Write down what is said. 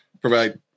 provide